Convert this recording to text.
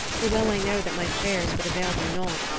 for well i know that my prayers would avail them nought.